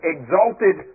Exalted